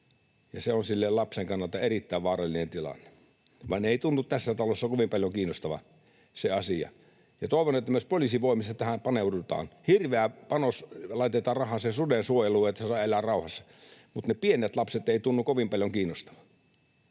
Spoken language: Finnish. sen lapsen kannalta erittäin vaarallinen tilanne. Vaan ei tunnu tässä talossa kovin paljon kiinnostavan se asia. Toivon, että myös poliisivoimissa tähän paneudutaan. Hirveä panos laitetaan rahaa suden suojeluun, että se saa elää rauhassa, mutta ne pienet lapset eivät tunnu kovin paljon kiinnostavan.